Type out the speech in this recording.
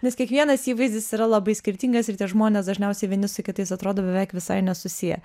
nes kiekvienas įvaizdis yra labai skirtingas ir tie žmonės dažniausiai vieni su kitais atrodo beveik visai nesusiję